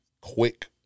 quick